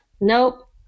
nope